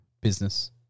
business